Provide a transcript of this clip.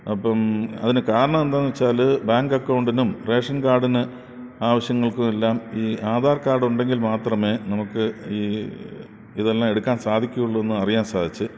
അപ്പോള് അതിന് കാരണം എന്താണെന്നുവച്ചാല് ബാങ്ക് അക്കൗണ്ടിനും റേഷൻ കാർഡിന് ആവശ്യങ്ങൾക്കും എല്ലാം ഈ ആധാർ കാർഡ് ഉണ്ടെങ്കിൽ മാത്രമേ നമുക്ക് ഇതെല്ലാം എടുക്കാൻ സാധിക്കുകയുള്ളൂ എന്ന് അറിയാൻ സാധിച്ചു